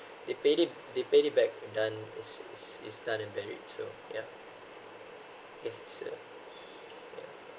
they pay it they it back done it's it's done and buried so yeah this is uh yeah